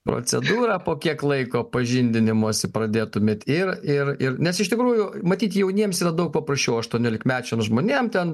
procedūrą po kiek laiko pažindinimosi pradėtumėte ir ir ir nes iš tikrųjų matyt jauniems yra daug paprasčiau aštuoniolikmečiams žmonėm ten